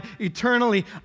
eternally